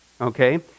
Okay